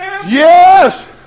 Yes